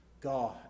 God